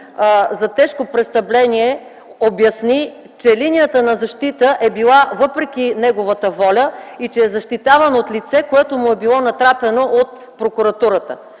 за тежко престъпление обясни, че линията на защита е била въпреки неговата воля и че е защитаван от лице, което му е било натрапено от прокуратурата?